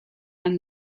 and